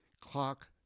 clock